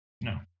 No